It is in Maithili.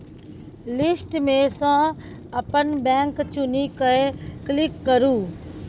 लिस्ट मे सँ अपन बैंक चुनि कए क्लिक करु